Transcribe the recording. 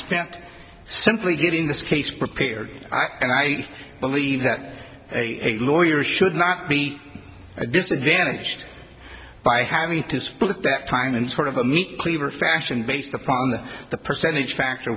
spent simply given this case prepared and i believe that a lawyer should not be disadvantaged by having to split that time in sort of a meat cleaver fashion based upon the percentage factor